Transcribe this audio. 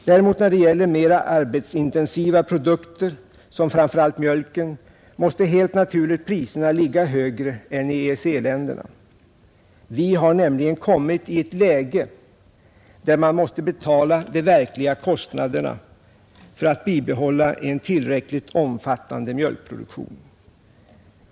När det däremot gäller mera arbetsintensiva produkter, som framför allt mjölken, måste helt naturligt priserna ligga högre än i EEC-länderna, Vi har nämligen kommit i ett läge där man måste betala de verkliga kostnaderna för att bibehålla en tillräckligt omfattande mjölkproduktion.